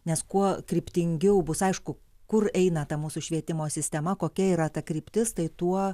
nes kuo kryptingiau bus aišku kur eina ta mūsų švietimo sistema kokia yra ta kryptis tai tuo